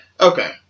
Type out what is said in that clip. Okay